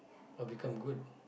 or become good